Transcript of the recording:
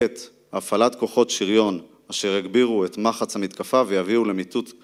הפעלת כוחות שריון אשר הגבירו את מחץ המתקפה ויביאו למיטוט